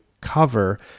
cover